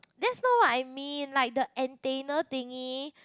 that's not what I mean like the antenna thingy